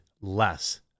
less